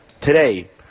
Today